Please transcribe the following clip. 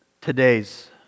today's